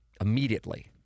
immediately